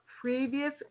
previous